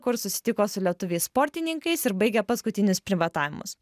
kur susitiko su lietuviais sportininkais ir baigė paskutinius primatavimus